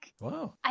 Wow